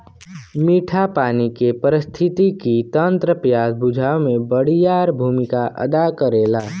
मीठा पानी के पारिस्थितिकी तंत्र प्यास बुझावे में बड़ियार भूमिका अदा करेला